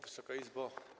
Wysoka Izbo!